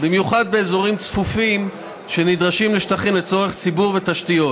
במיוחד באזורים צפופים שנדרשים לשטחים לצורך ציבור ותשתיות,